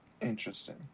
Interesting